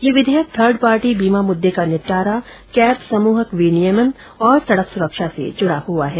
यह विधेयक third party बीमा मुद्दे का निपटारा कैब समूहक विनियमन और सड़क सुरक्षा से जुड़ा है